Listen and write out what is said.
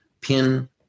pin